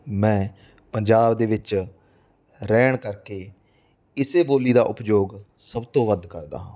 ਮੈਂ ਪੰਜਾਬ ਦੇ ਵਿੱਚ ਰਹਿਣ ਕਰਕੇ ਇਸ ਬੋਲੀ ਦਾ ਉਪਯੋਗ ਸਭ ਤੋਂ ਵੱਧ ਕਰਦਾ ਹਾਂ